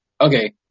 okay